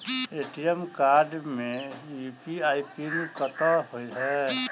ATM card मे UPI pin कतह होइ है?